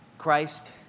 Christ